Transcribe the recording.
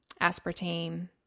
aspartame